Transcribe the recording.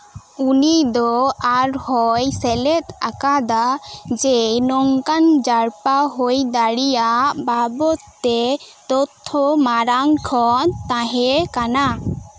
ᱩᱱᱤ ᱫᱚ ᱟᱨ ᱦᱚᱸᱭ ᱥᱮᱞᱮᱫ ᱟᱠᱟᱫᱟ ᱡᱮ ᱱᱚᱝᱠᱟᱱ ᱡᱟᱨᱯᱟ ᱦᱩᱭ ᱫᱟᱲᱮᱭᱟᱜ ᱵᱮᱵᱚᱛ ᱛᱮ ᱛᱚᱛᱛᱷᱚ ᱢᱟᱲᱟᱝ ᱠᱷᱚᱱ ᱛᱟᱸᱦᱮ ᱠᱟᱱᱟ